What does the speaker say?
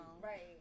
right